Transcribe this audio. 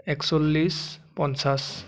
একচল্লিছ পঞ্চল্লিছ